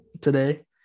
today